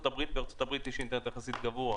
הברית ושם יש אינטרנט במחיר יחסית גבוה